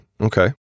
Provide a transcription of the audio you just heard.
Okay